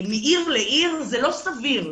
מעיר לעיר זה לא סביר.